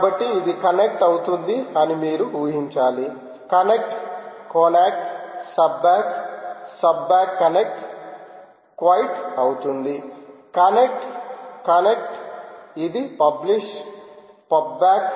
కాబట్టి ఇది కనెక్ట్ అవుతుంది అని మీరు ఉహించాలి connect connack suback suback connect quite అవుతుంది కనెక్ట్ కనెక్ట్ ఇది పబ్లిష్ పబ్ బ్యాక్